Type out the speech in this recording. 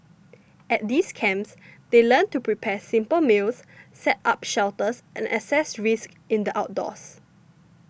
at these camps they learn to prepare simple meals set up shelters and assess risks in the outdoors